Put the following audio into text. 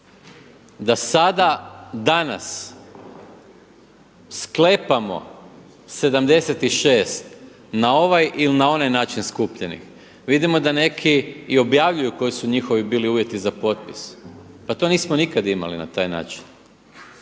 da sada danas sklepamo 76 na ovaj ili onaj način skupljenih. Vidimo da neki i objavljuju koji su njihovi bili uvjeti za potpis. Pa to nismo nikada imali na taj način.